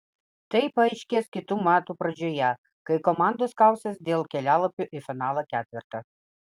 tai paaiškės kitų metų pradžioje kai komandos kausis dėl kelialapių į finalo ketvertą